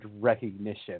recognition